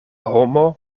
homo